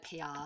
PR